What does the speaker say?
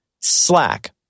Slack